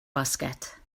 basket